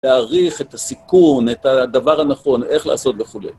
תעריך את הסיכון, את הדבר הנכון, איך לעשות וכולי.